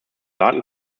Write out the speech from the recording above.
daten